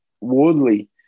Woodley